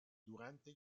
durante